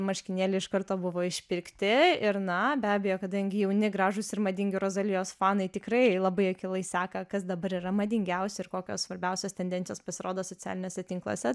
marškinėliai iš karto buvo išpirkti ir na be abejo kadangi jauni gražūs ir madingi rozalijos fanai tikrai labai akylai seka kas dabar yra madingiausia ir kokios svarbiausios tendencijos pasirodo socialiniuose tinkluose